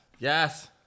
Yes